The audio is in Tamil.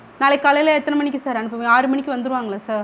நாளைக்கு காலையில் எத்தனை மணிக்கு சார் அனுப்புவிங்க ஆறு மணிக்கு வந்துருவாங்களா சார்